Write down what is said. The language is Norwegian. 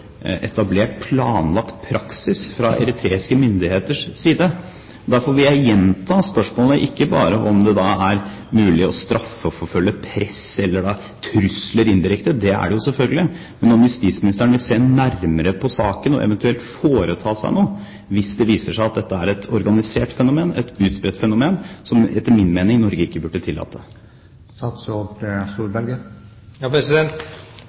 etablert planlagt praksis fra eritreiske myndigheters side. Derfor vil jeg gjenta spørsmålet, ikke bare om det er mulig å straffeforfølge press eller trusler indirekte – det er det selvfølgelig, men om justisministeren vil se nærmere på saken og eventuelt foreta seg noe hvis det viser seg at dette er et organisert fenomen, et utbredt fenomen, som etter min mening Norge ikke burde